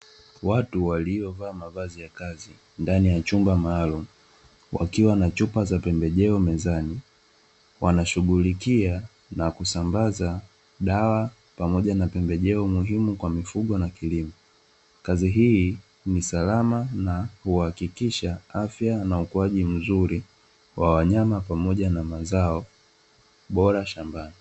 Watu waliovaa mavazi ya kazi ndani ya chumba maalumu wakiwa na chupa za pembejeo mezani, wanashughulikia na kusambaza dawa kwa ajili ya pembejeo muhimu za mifugo na kilimo, kazi hii ni salama na huhakikisha afya na ukuaji mzuri wa wanyama pamoja na kilimo shambani.